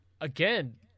Again